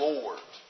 Lord